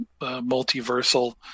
multiversal